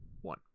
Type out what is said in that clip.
one